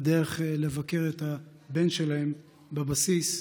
בדרך לבקר את הבן שלהם בבסיס.